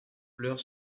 pleure